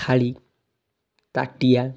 ଥାଳି ତାଟିଆ